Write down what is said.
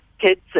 kids